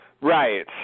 Right